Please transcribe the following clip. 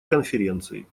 конференции